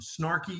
snarky